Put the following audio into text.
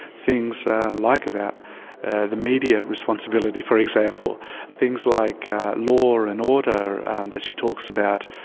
things like about the media responsibility for example things like law and order that she talks about,